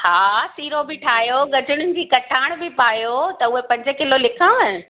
हा सीरो बि ठाहियो गजड़ुनि जी खटाणि बि पायो त उहे पंज किलो लिखाव